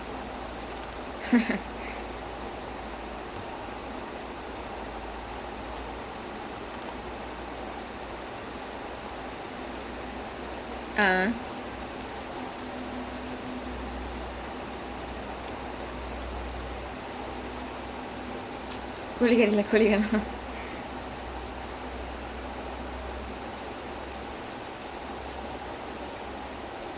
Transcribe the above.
but mutton சாப்பிடனும்னு ஆசைலதான் வந்தேன்:saapidanumnu asaila thaan vanthaen eh is like the sivakarthikeyan movie sia where that suri will go to that wedding then he'll go and eat the rice right where they put the curry then he's like இதென்னா கோழி:ithaenaa kozhi curry leh கோழிய காணோம்:kozhiyae kaanom then he's like then he's like இது சாம்பாருடா என்ன:ithu saambaarudaa brother கல்யாணத்துல சாம்பாரு எல்லாம் போடுறா:kalyaanathula saambaru ellaam poduraa and then he'll be very upset